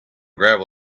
gravel